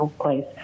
place